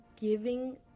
giving